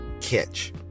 catch